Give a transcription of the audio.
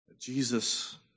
Jesus